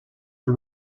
the